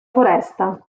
foresta